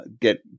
get